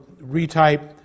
retype